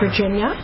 Virginia